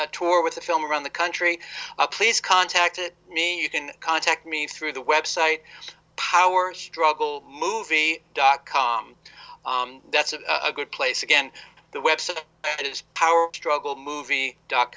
or tour with a film around the country please contact me can contact me through the website power struggle movie dot com that's a good place again the website is power struggle movie dot